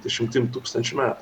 dešimtim tūkstančių met